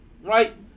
right